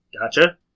Gotcha